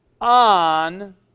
on